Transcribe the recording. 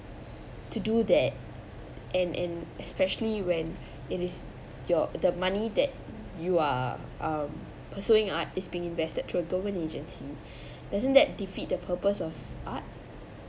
to do that and and especially when it is your the money that you are um pursuing art is being invested through a government agency doesn't that defeat the purpose of art